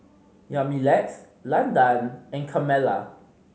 Yamilex Landan and Carmella